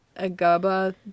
Agaba